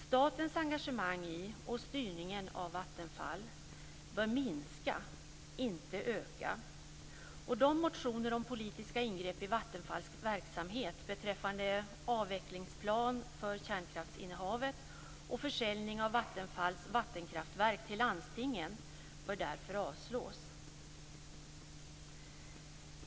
Statens engagemang i och styrning av Vattenfall bör minska - inte öka. Motionerna om politiska ingrepp i Vattenfalls verksamhet beträffande avvecklingsplan för kärnkraftsinnehavet och försäljning av Vattenfalls vattenkraftverk till landstingen bör därför avslås.